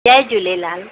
Jay Jhulelal